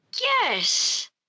Yes